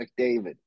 McDavid